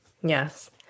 Yes